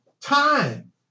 time